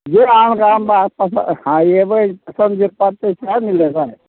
जे आमके आम बड़ा पसन्द आओर अएबै पसन्द जे पड़तै सएह ने लेबै